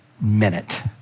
minute